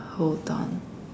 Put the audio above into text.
hold on